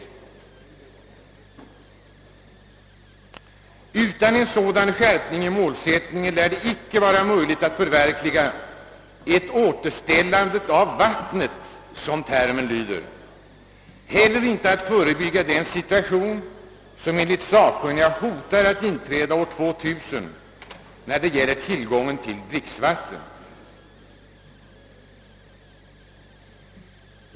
Utan en sådan skärpning i målsättningen lär det inte vara möjligt att förverkliga ett »återställande av vattnet», som termen lyder, och inte heller att förebygga den situation som enligt sakkunniga hotar att inträda år 2000 när det gäller tillgången till dricksvatten.